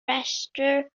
rhestr